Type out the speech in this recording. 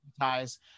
Ties